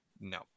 no